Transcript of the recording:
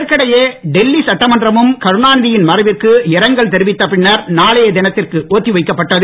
இதற்கிடையே இன்று டெல்லி சட்டமன்றமும் கருணாநிதியின் மறைவிற்கு இரங்கல் தெரிவித்த பின்னர் நாளைய தினத்திற்கு ஒத்திவைக்கப்பட்டது